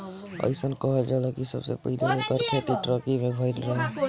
अइसन कहल जाला कि सबसे पहिले एकर खेती टर्की में भइल रहे